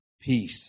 peace